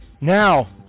Now